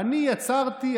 אני יצרתי,